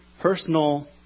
personal